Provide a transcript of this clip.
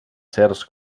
certs